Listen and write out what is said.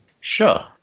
Sure